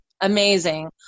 amazing